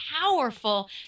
powerful